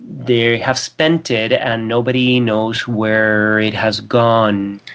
they have spent it and nobody knows where it has gone.